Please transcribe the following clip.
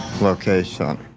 location